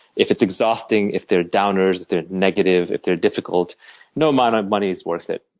if it's exhausting, if they're downers, if they're negative, if they're difficult no amount of money is worth it.